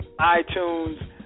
iTunes